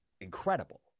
incredible